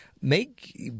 make